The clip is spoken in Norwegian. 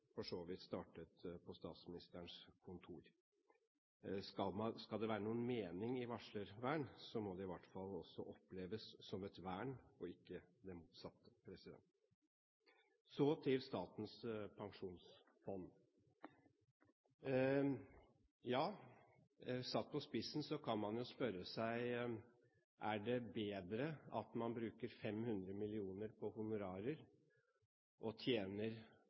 for så vidt startet på Statsministerens kontor. Skal det være noen mening i varslervern, må det i hvert fall også oppleves som et vern, og ikke som det motsatte. Så til Statens pensjonsfond: Ja, satt på spissen kan man spørre seg om det er bedre at man bruker 500 mill. kr på honorarer og tjener